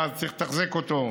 שאז צריך לתחזק אותו,